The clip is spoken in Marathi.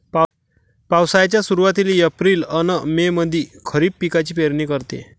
पावसाळ्याच्या सुरुवातीले एप्रिल अन मे मंधी खरीप पिकाची पेरनी करते